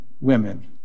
Women